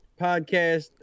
podcast